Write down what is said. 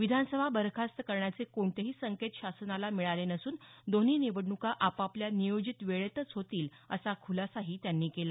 विधानसभा बरखास्त करण्याचे कोणतेही संकेत शासनाला मिळाले नसून दोन्ही निवडणुका आपापल्या नियोजित वेळेतच होतील असा खुलासाही त्यांनी केला